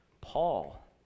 Paul